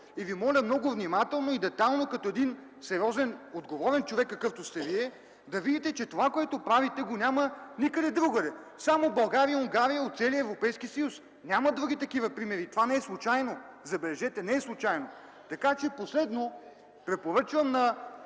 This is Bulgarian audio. И Ви моля много внимателно и детайлно, като един сериозен, отговорен човек, какъвто сте Вие, да видите, че това, което правите, го няма никъде другаде – само в България и Унгария от целия Европейски съюз. Няма други такива примери и това не е случайно, забележете, не е случайно. Последно, препоръчвам на